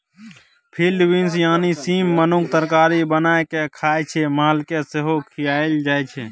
field beans यानी सीम मनुख तरकारी बना कए खाइ छै मालकेँ सेहो खुआएल जाइ छै